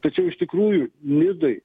tačiau iš tikrųjų nidoj